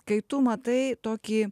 kai tu matai tokį